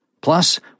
Plus